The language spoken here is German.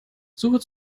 suche